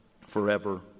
forever